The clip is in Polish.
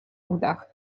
udach